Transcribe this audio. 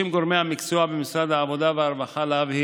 גורמי המקצוע במשרד העבודה והרווחה מבקשים